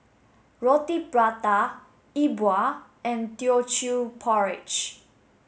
Roti Prata E Bua and teochew porridge